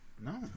no